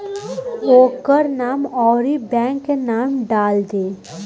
ओकर नाम अउरी बैंक के नाम डाल दीं